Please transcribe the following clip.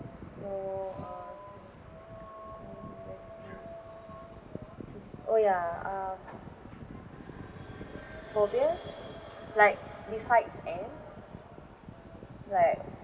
so uh so oh yeah um phobias like besides ants like